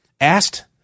asked